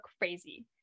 crazy